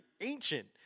ancient